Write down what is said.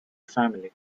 family